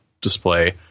display